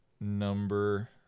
number